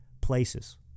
places